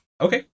Okay